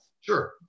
Sure